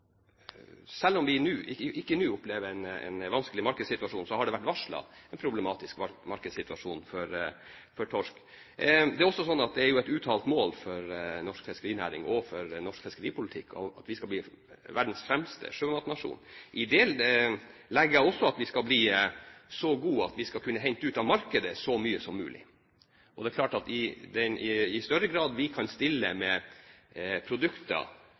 Selv om vi ikke nå opplever en vanskelig markedssituasjon, har det vært varslet en problematisk markedssituasjon for torsk, og det er et uttalt mål for norsk fiskerinæring og fiskeripolitikk at vi skal bli verdens fremste sjømatnasjon. I det legger jeg også at vi skal bli så gode at vi skal kunne hente ut av markedet så mye som mulig. Det er klart at jo mer vi kan stille med produkter